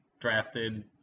drafted